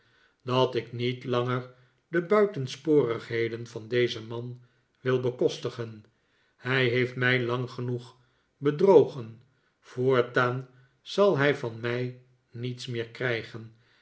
dat ik niet langer de buitensporigheden van dezen man wil bekostigen hij heeft mij lang genoeg bedrogen voortaan zal hij van mij niets meer krijgen